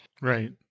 Right